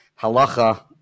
halacha